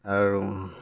আৰু